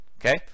okay